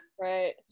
right